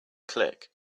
click